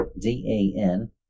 D-A-N